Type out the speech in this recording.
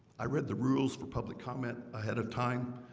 i read the rules for public comment ahead of time.